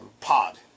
pod